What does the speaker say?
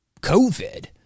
COVID